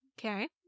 Okay